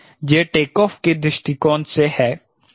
यह टेकऑफ के दृष्टिकोण से है